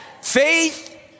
Faith